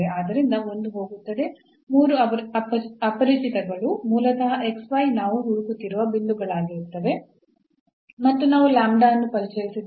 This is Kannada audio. ಆದ್ದರಿಂದ 1 ಹೋಗುತ್ತದೆ 3 ಅಪರಿಚಿಗಳು ಮೂಲತಃ ನಾವು ಹುಡುಕುತ್ತಿರುವ ಬಿಂದುಗಳಾಗಿರುತ್ತವೆ ಮತ್ತು ನಾವು ಅನ್ನು ಪರಿಚಯಿಸಿದ್ದೇವೆ